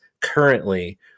currently